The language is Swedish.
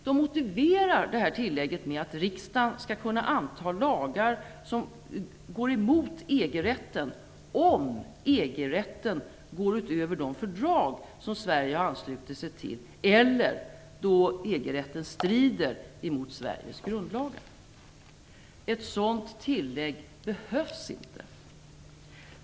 De motiverar tillägget med att riksdagen skall kunna anta lagar som går emot EG-rätten, om EG-rätten går utöver de fördrag som Sverige anslutit sig till eller då EG-rätten strider mot Sveriges grundlagar. Ett sådant tillägg behövs inte.